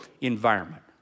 environment